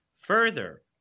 Further